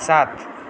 सात